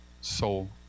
soul